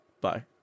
Bye